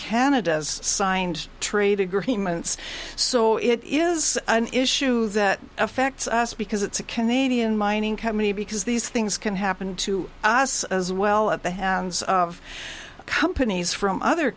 canada has signed trade agreements so it is an issue that affects us because it's a canadian mining company because these things can happen to us as well at the hands of companies from other